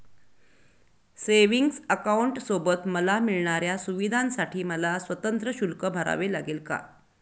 Savings अकाउंटसोबत मला मिळणाऱ्या सुविधांसाठी मला स्वतंत्र शुल्क भरावे लागेल का?